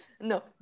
No